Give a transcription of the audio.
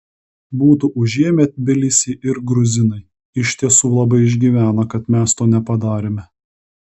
būtų užėmę tbilisį ir gruzinai iš tiesų labai išgyvena kad mes to nepadarėme